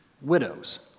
widows